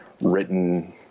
written